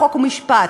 חוק ומשפט,